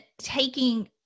taking